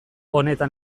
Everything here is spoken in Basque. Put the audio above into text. honetan